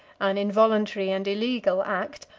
an involuntary and illegal act,